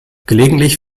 gelegentlich